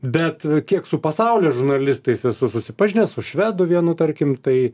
bet kiek su pasaulio žurnalistais esu susipažinęs su švedų vienu tarkim tai